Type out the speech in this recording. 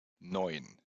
neun